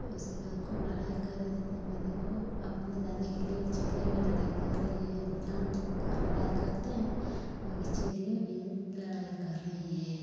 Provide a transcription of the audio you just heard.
तो उसके बाद खूब लड़ाई कर रही थी त मैं देखो अपने दाने के लिए चिड़िया भी लड़ाई कर रही है इंसान तो क लड़ाई करते हैं बाकी चिड़िया भी लड़ाई कर रही है